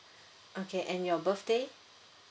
okay and your birthday